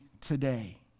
today